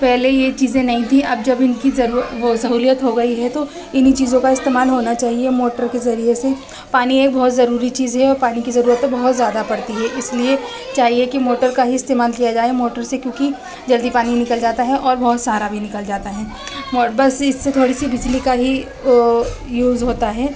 پہلے یہ چیزیں نہیں تھیں اب جب ان کی وہ سہولیت ہو گئی ہے تو انہیں چیزوں کا استعمال ہونا چاہیے موٹر کے ذریعے سے پانی ایک بہت ضروری چیز ہے اور پانی کی ضرورت تو بہت زیادہ پڑتی ہے اس لیے چاہیے کہ موٹر کا ہی استعمال کیا جائے موٹر سے کیونکہ جلدی پانی نکل جاتا ہے اور بہت سارا بھی نکل جاتا ہے بس اس سے تھوڑی سی بجلی کا ہی یوز ہوتا ہے